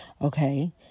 Okay